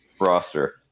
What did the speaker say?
roster